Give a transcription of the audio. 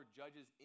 judges